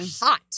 Hot